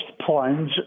plunge